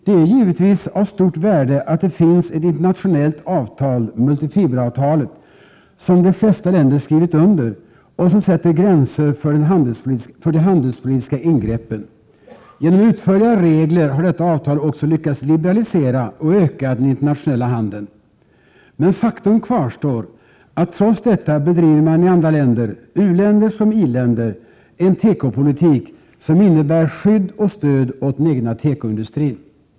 Det är givetvis av stort värde att det finns ett internationellt avtal, multifiberavtalet, som de flesta länder skrivit under och som sätter gränser för de handelspolitiska ingreppen. Genom utförliga regler har detta avtal också lyckats liberalisera och öka den internationella handeln. Men faktum kvarstår att trots detta bedriver man i andra länder — u-länder som i-länder — en tekopolitik som innebär skydd och stöd åt den egna tekoindustrin.